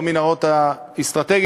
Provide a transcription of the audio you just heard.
לא המנהרות האסטרטגיות,